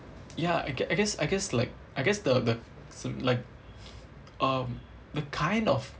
ya I guess I guess like I guess the the s~ like um the kind of